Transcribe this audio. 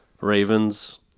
Ravens